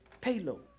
payload